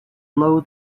blow